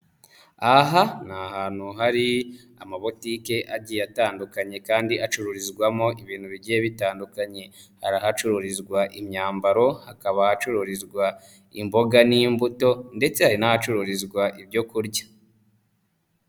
Aha ni ahantu hari amabotike agiye atandukanye kandi acururizwamo ibintu bigiye bitandukanye, hari ahacururizwa imyambaro, hakaba ahacururizwa imboga n'imbuto ndetse hari n'ahacururizwa ibyo kurya.